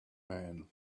man